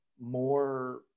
more